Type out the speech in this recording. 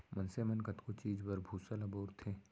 मनसे मन कतको चीज बर भूसा ल बउरथे